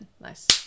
Nice